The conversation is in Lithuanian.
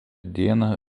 dieną